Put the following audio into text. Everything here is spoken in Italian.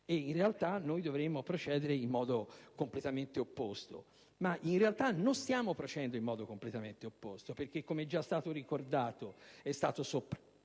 e in realtà dovremmo procedere in modo completamente opposto, ma in realtà non stiamo procedendo in modo completamente opposto perché, come è stato già ricordato, è stato soppresso